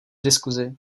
diskuzi